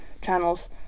channels